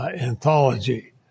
anthology